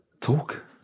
talk